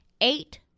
Eight